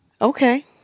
Okay